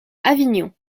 avignon